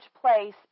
place